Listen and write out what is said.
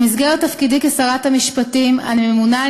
במסגרת תפקידי כשרת המשפטים אני ממונה על